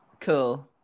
cool